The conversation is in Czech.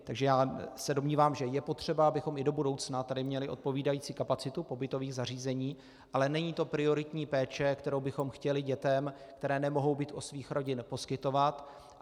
Takže já se domnívám, že je potřeba, abychom i do budoucna tady měli odpovídající kapacitu pobytových zařízení, ale není to prioritní péče, kterou bychom chtěli dětem, které nemohou být u svých rodin, poskytovat.